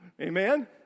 amen